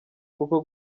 koko